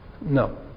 No